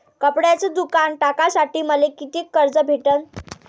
कपड्याचं दुकान टाकासाठी मले कितीक कर्ज भेटन?